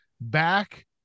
back